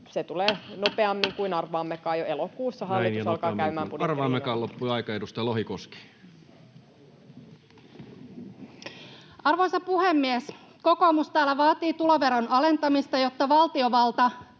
se tulee nopeammin kuin arvaammekaan. Jo elokuussa hallitus alkaa käymään budjettiriihineuvotteluita. Näin, ja nopeammin kuin arvaammekaan loppui aika. — Edustaja Lohikoski. Arvoisa puhemies! Kokoomus täällä vaatii tuloveron alentamista, jotta valtiovalta